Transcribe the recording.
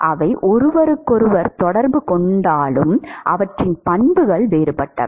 அவை ஒருவருக்கொருவர் தொடர்பு கொண்டாலும் அவற்றின் பண்புகள் வேறுபட்டவை